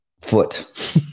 foot